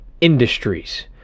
industries